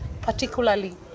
particularly